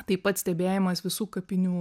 taip pat stebėjimas visų kapinių